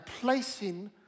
placing